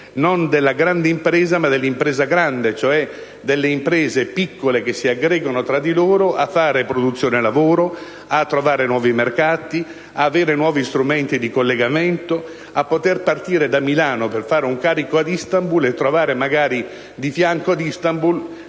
non della grande impresa, ma dell'impresa grande, cioè delle imprese piccole che si aggregano tra di loro per fare produzione lavoro, trovare nuovi mercati, avere nuovi strumenti di collegamento, per poter partire da Milano per fare un carico ad Instanbul e trovare qualcuno di fianco ad Instanbul